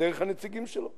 דרך הנציגים שלו.